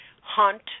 hunt